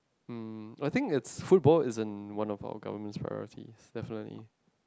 um I think it's football isn't one of our government's priorities definitely